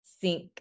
sink